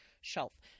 shelf